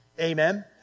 Amen